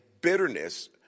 bitterness